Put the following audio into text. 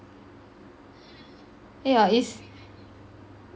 yeah it's